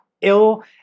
ill